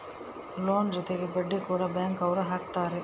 loan ಜೊತೆಗೆ ಬಡ್ಡಿ ಕೂಡ ಬ್ಯಾಂಕ್ ಅವ್ರು ಹಾಕ್ತಾರೆ